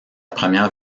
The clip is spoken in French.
première